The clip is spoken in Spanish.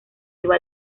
iba